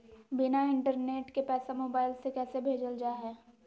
बिना इंटरनेट के पैसा मोबाइल से कैसे भेजल जा है?